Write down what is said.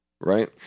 Right